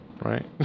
Right